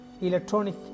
electronic